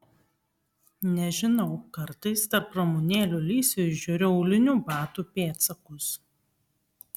nežinau kartais tarp ramunėlių lysvių įžiūriu aulinių batų pėdsakus